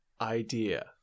idea